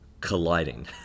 colliding